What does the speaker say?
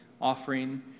offering